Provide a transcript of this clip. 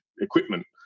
equipment